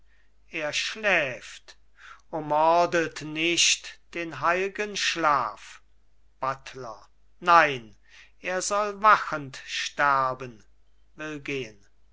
er schläft o mordet nicht den heilgen schlaf buttler nein er soll wachend sterben will gehen